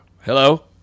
Hello